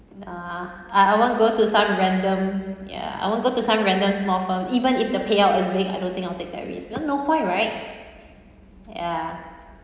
uh I I won't go to some random ya I won't go to some random small firm even if the payout is big I don't think I'll take that risk know no point right ya